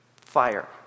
fire